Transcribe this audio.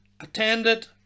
attended